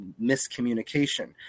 miscommunication